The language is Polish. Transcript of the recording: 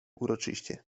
uroczyście